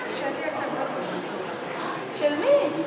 של מי?